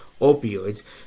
opioids